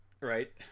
Right